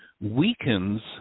weakens